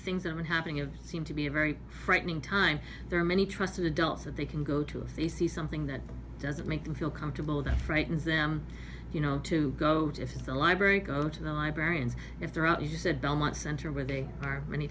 have been happening it seemed to be a very frightening time there are many trust adults that they can go to if they see something that doesn't make them feel comfortable that frightens them you know to go just the library go to the library and if they're out you said don't much center where they are many